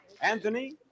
Anthony